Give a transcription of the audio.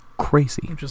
crazy